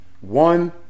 one